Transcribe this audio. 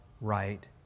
right